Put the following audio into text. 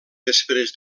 després